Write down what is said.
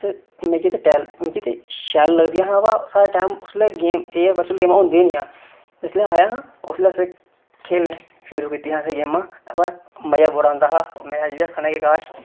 मिगी ते शैल लगदियां हा वा साढ़ा टैम उसलै गेम एह् वर्चुअल गेमां होदियां नेहियां जिसलै आया हा उसलै असें खेढनी शुरू कीतियां असें गेमां अवा मजा बड़ा आंदा हा मैं अजें बी आक्खां ना कि काश